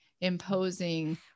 imposing